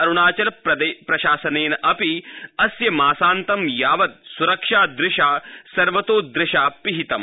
अरुणाचल प्रशासनेनापि अस्य मासातं राज्यं सुरक्षादृशा सर्वतादृशा पिहितम्